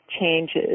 changes